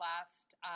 last